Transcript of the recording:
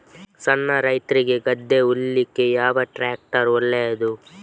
ಸಣ್ಣ ರೈತ್ರಿಗೆ ಗದ್ದೆ ಉಳ್ಳಿಕೆ ಯಾವ ಟ್ರ್ಯಾಕ್ಟರ್ ಒಳ್ಳೆದು?